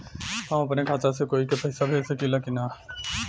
हम अपने खाता से कोई के पैसा भेज सकी ला की ना?